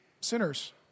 sinners